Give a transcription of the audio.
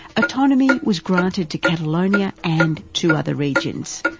autonomy was granted to catalonia and two other regions,